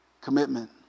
Commitment